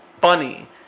funny